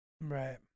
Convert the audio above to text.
right